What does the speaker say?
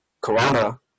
corona